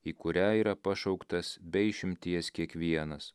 į kurią yra pašauktas be išimties kiekvienas